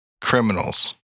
criminals